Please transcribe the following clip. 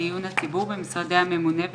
המדיניות הכלכלית לשנות התקציב 2021 ו-2022),